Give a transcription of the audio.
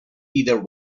either